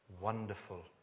Wonderful